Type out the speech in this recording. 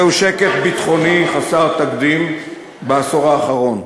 זהו שקט ביטחוני חסר תקדים בעשור האחרון,